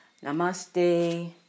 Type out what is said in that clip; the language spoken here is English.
Namaste